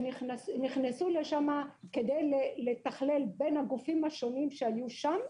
נכנסו כדי לתחלל בין הגופים השונים שהיו שם.